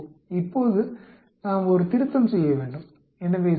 இப்போது நாம் ஒரு திருத்தம் செய்ய வேண்டும் எனவே 0